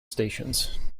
stations